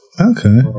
okay